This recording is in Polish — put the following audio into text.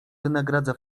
wynagradza